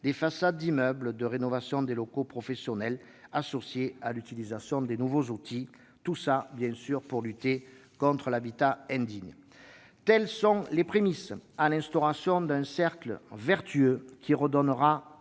des façades d'immeubles, de rénovation des locaux professionnels, associé à l'utilisation des nouveaux outils destinés à lutter contre l'habitat indigne. Telles sont les prémices à l'instauration d'un cercle vertueux qui redonnera